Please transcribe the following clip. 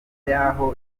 y’aho